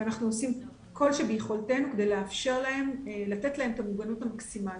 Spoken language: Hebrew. ואנחנו עושים כל שביכולתנו כדי לתת להם את המוגנות המקסימלית.